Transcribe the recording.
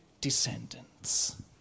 descendants